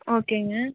ஓகேங்க